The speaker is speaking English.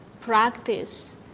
practice